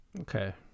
Okay